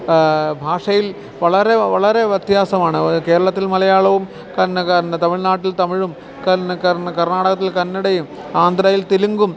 ഭാഷയിൽ വളരെ വളരെ വ്യത്യാസമാണ് കേരളത്തിൽ മലയാളവും തമിഴ്നാട്ടിൽ തമിഴും കർണാടകത്തില് കന്നഡയും ആന്ധ്രയിൽ തെലുംഗും